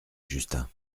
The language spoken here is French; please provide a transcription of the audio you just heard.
justin